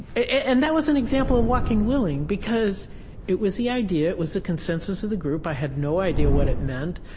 and that was an example of walking willing because it was the idea, it was the consensus of the group. i had no idea what it meant.